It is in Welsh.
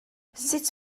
sut